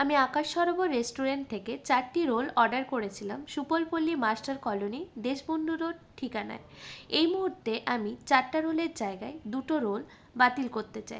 আমি আকাশ সরোবর রেস্টুরেন্ট থেকে চারটি রোল অর্ডার করেছিলাম Subal Palli master colony Deshbandhu road ঠিকানায় এই মুহুর্তে আমি চারটা রোলের জায়গায় দুটো রোল বাতিল করতে